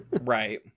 Right